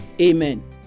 Amen